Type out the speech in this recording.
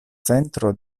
centro